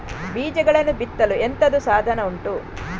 ಬೀಜಗಳನ್ನು ಬಿತ್ತಲು ಎಂತದು ಸಾಧನ ಉಂಟು?